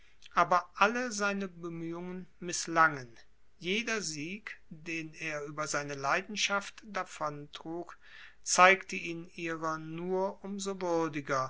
aber alle seine bemühungen mißlangen jeder sieg den er über seine leidenschaft davontrug zeigte ihn ihrer nur um so